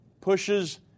pushes